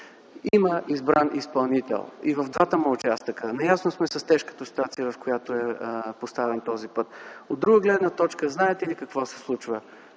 Има избран изпълнител и в двата му участъка, наясно сме с тежката ситуация, в която е поставен този път. От друга гледна точка, знаете ли какво се случва?